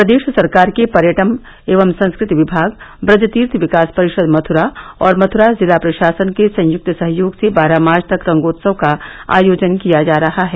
प्रदेश सरकार के पर्यटन एवं संस्कृति विभाग ब्रज तीर्थ विकास परिषद मथुरा और मथुरा जिला प्रशासन के संयुक्त सहयोग से बारह मार्च तक रंगोत्सव का आयोजन किया जा रहा है